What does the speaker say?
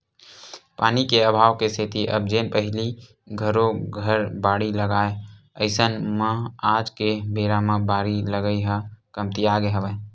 पानी के अभाव के सेती अब जेन पहिली घरो घर बाड़ी लगाय अइसन म आज के बेरा म बारी लगई ह कमतियागे हवय